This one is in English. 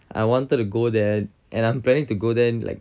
I wanted to go there and I'm planning to go there like